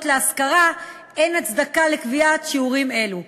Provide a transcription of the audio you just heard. להשכרה אין הצדקה לקביעת שיעורים אלו.